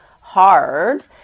hard